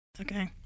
Okay